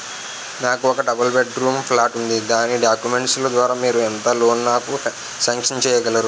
నాకు ఒక double bedroom flat ఉంది దాని డాక్యుమెంట్స్ లు ద్వారా మీరు ఎంత లోన్ నాకు సాంక్షన్ చేయగలరు?